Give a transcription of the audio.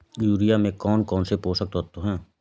Urea में कौन कौन से पोषक तत्व है?